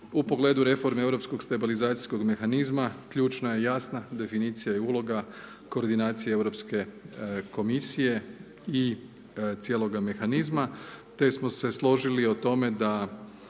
U pogledu reforme europskog stabilizacijskog mehanizma, ključna je jasna definicija i uloga koordinacije Europske komisije i cijeloga mehanizma te smo se složili i o tome da